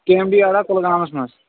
کے M D اڈا کولگامس منٛز